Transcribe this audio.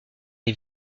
est